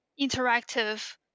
interactive